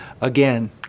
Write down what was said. Again